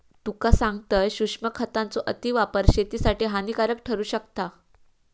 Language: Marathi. तुका सांगतंय, सूक्ष्म खतांचो अतिवापर शेतीसाठी हानिकारक ठरू शकता